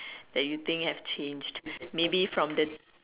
that you think have changed maybe from the